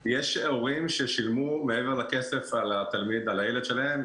יש הורים ששילמו תרומות מעבר לכסף על הילד שלהם.